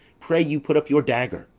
pray you put up your dagger,